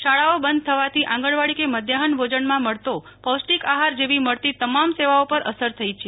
શાળાઓ બંધ થવાથી આંગણવાડી કે મધ્યાહન ભોજનમાં મળતો પૌષ્ટિક આહાર જેવી મળતી તમામ સેવાઓ પર અસર થઈ છે